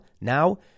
Now